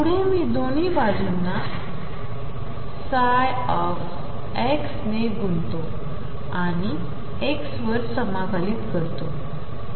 पुढे मी दोन्ही बाजूंना m ने गुणतो आणि x